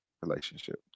relationship